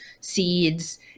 seeds